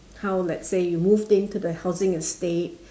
how let's say you moved into the housing estate